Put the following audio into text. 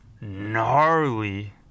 gnarly